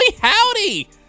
howdy